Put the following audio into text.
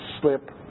slip